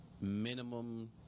minimum